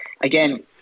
Again